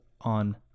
on